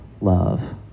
love